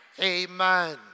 Amen